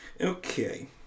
Okay